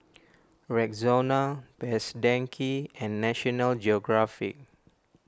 Rexona Best Denki and National Geographic